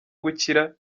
gukira